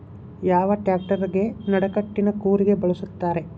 ಯಾವ ಟ್ರ್ಯಾಕ್ಟರಗೆ ನಡಕಟ್ಟಿನ ಕೂರಿಗೆ ಬಳಸುತ್ತಾರೆ?